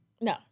No